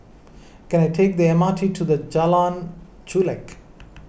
can I take the M R T to Jalan Chulek